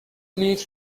لیتر